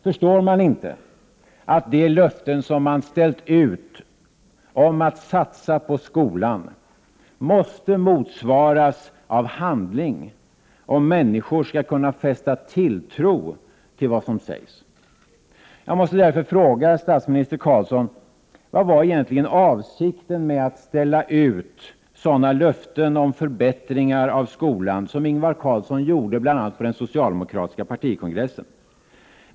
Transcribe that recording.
Förstår man inte att de löften som man har ställt ut om att satsa på skolan måste motsvaras av handling, om människor skall kunna fästa tilltro till vad som sägs? Jag måste därför fråga statsminister Ingvar Carlsson: Vad var egentligen avsikten med att ställa ut sådana löften om förbättringar av skolan som Ingvar Carlsson gjorde bl.a. på den socialdemokratiska partikongressen?